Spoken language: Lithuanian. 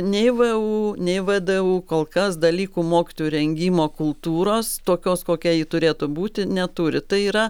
nei vu nei vdu kol kas dalykų mokytojų rengimo kultūros tokios kokia ji turėtų būti neturi tai yra